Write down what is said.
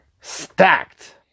stacked